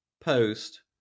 post